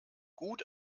gut